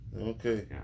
Okay